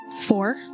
Four